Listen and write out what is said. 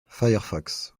firefox